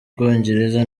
bwongereza